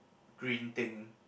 green thing